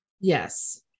Yes